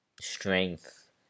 strength